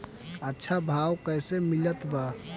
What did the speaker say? अच्छा भाव कैसे मिलत बा?